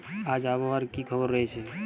আজ আবহাওয়ার কি খবর রয়েছে?